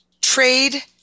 trade